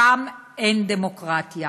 שם אין דמוקרטיה".